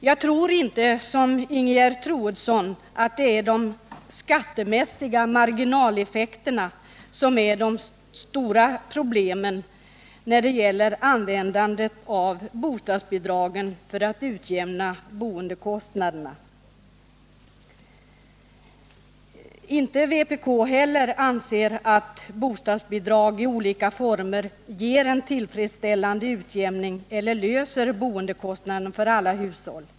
Jag tror inte som Ingegerd Troedsson att det är de skattemässiga marginaleffekterna som är det stora problemet när det gäller användandet av bostadsbidragen för att utjämna boendekostnaderna. Inte heller vpk anser att bostadsbidrag i olika former ger en tillfredsställande utjämning eller löser problemen med boendekostnaden för alla hushåll.